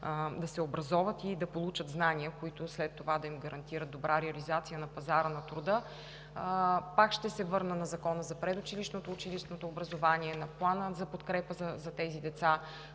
да се образоват и да получат знания, които след това да им гарантират добра реализация на пазара на труда. Пак ще се върна на Закона за предучилищното и училищното образование, на Плана за подкрепа на тези деца.